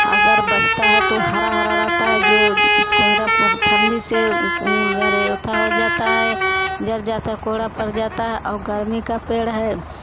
अगर बचता है तो हरा हरा रहता है जो कोहरा ठंडी से खू रेथा हो जाता है जड़ जाता कोहरा पड़ जाता है और गर्मी का पेड़ है